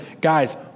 guys